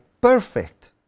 perfect